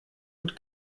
mit